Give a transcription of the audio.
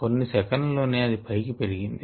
కొన్ని సెకన్ల లోనే అది పైకి పెరిగింది